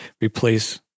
replace